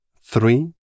three